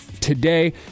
today